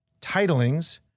titlings